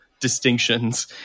distinctions